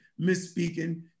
misspeaking